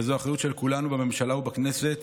וזו אחריות של כולנו בממשלה ובכנסת